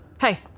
Hey